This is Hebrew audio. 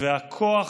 והכוח